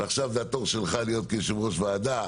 ועכשיו זה התור שלך להיות יושב-ראש ועדה.